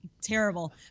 terrible